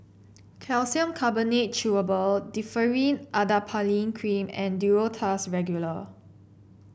Calcium Carbonate Chewable Differin Adapalene Cream and Duro Tuss Regular